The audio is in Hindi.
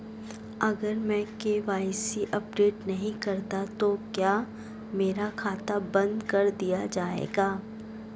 अगर मैं के.वाई.सी अपडेट नहीं करता तो क्या मेरा खाता बंद कर दिया जाएगा?